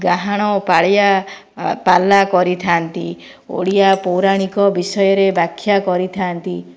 ଗାହାଣ ପାଳିଆ ପାଲା କରିଥାନ୍ତି ଓଡ଼ିଆ ପୌରାଣିକ ବିଷୟରେ ବ୍ୟାଖ୍ୟା କରିଥାନ୍ତି